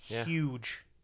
Huge